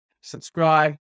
Subscribe